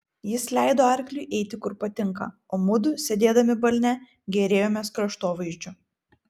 jis leido arkliui eiti kur patinka o mudu sėdėdami balne gėrėjomės kraštovaizdžiu